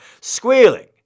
squealing